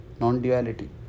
non-duality